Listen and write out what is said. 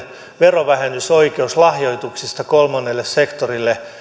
verovähennysoikeus lahjoituksista kolmannelle sektorille